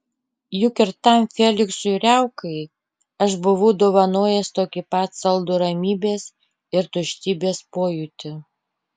juk ir tam feliksui riaukai aš buvau dovanojęs tokį pat saldų ramybės ir tuštybės pojūtį